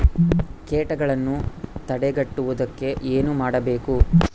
ಕೇಟಗಳನ್ನು ತಡೆಗಟ್ಟುವುದಕ್ಕೆ ಏನು ಮಾಡಬೇಕು?